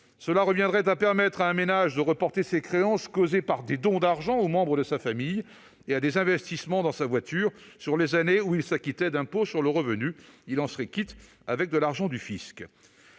cela reviendrait à permettre à un ménage de reporter ses créances causées par des dons d'argent aux membres de sa famille ou par des investissements dans sa voiture sur les années où il s'acquittait de l'impôt sur le revenu. Il en serait quitte avec de l'argent du fisc